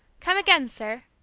come again, sir!